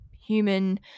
human